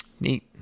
Neat